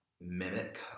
mimic